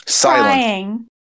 Crying